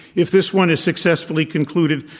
if this one is successfully concluded,